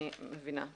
אני מבינה.